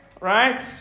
Right